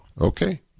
Okay